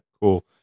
Cool